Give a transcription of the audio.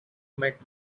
met